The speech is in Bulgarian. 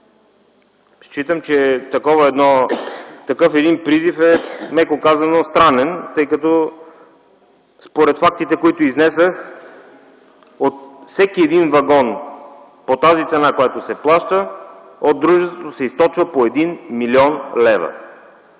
Считам, че един такъв призив е меко казано странен, тъй като според фактите които изнесох, от всеки един вагон по тази цена, която се плаща от дружеството, се източват по един милион лева.